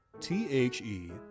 T-H-E